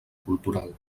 cultural